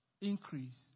increase